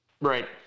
Right